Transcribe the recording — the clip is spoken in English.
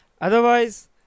otherwise